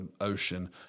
ocean